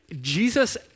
Jesus